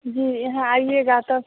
जी यहाँ आइएगा तब